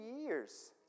years